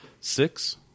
Six